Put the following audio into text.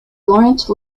laurence